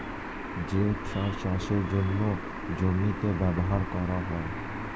জৈব সার চাষের জন্যে জমিতে ব্যবহার করা হয়